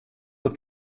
wat